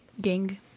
Gang